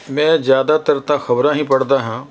ਮੈਂ ਜ਼ਿਆਦਾਤਰ ਤਾਂ ਖ਼ਬਰਾਂ ਹੀ ਪੜ੍ਹਦਾ ਹਾਂ